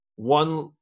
one